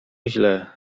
źle